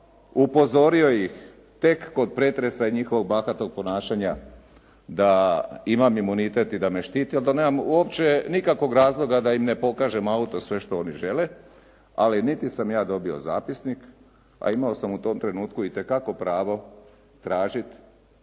sam. Upozorio ih tek kod pretresa i njihovog bahatog ponašanja da imam imunitet i da me štiti ali da nemam uopće nikakvog razloga da im ne pokažem auto, sve što oni žele, ali niti sam ja dobio zapisnik, a imao sam u tom trenutku itekako pravo tražiti